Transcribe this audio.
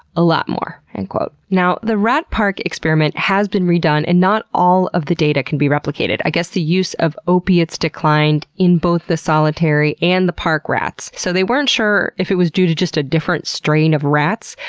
a lot more. and now the rat park experiment has been re-done, and not all the of the data can be replicated. i guess the use of opiates declined in both the solitary and the park rats, so they weren't sure if it was due to a different strain of rats.